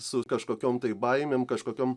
su kažkokiom tai baimėm kažkokiom